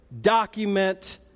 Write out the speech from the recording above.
Document